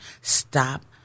stop